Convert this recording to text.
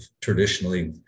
traditionally